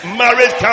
marriage